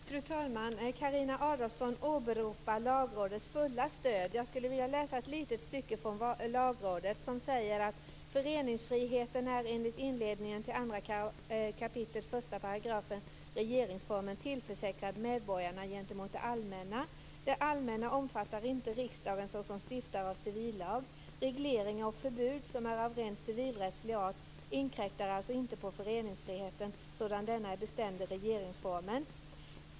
Fru talman! Carina Adolfsson åberopar Lagrådets fulla stöd. Jag skulle vilja läsa ett stycke från Lagrådet, som säger så här: 'gentemot det allmänna'. Det allmänna omfattar inte riksdagen såsom stiftare av civillag. Regleringar och förbud som är av rent civilrättslig art inkräktar alltså inte på föreningsfriheten sådan denna är bestämd i regeringsformen.